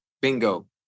Bingo